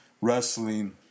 wrestling